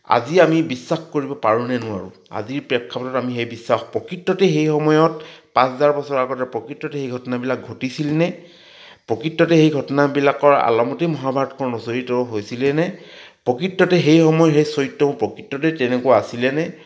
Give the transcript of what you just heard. আজি আমি বিশ্বাস কৰিব পাৰোঁ নে নোৱাৰোঁ আজিৰ প্ৰেক্ষাপটত সেই বিশ্বাস প্ৰকৃততে সেই সময়ত পাঁচ হেজাৰ বছৰ আগতে প্ৰকৃততে সেই ঘটনাবিলাক ঘটিছিল নে প্ৰকৃততে সেই ঘটনাবিলাকৰ আলমতে মহাভাৰতখন ৰচয়িত হৈছিলে নে প্ৰকৃততে সেই সময় সেই চৰিত্ৰবোৰ প্ৰকৃততে তেনেকুৱা আছিলে নে